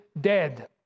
dead